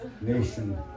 nation